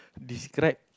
describe